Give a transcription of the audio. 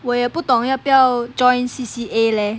我也不懂要不要 join C_C_A leh